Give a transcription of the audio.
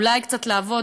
אולי קצת לעבוד,